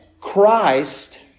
Christ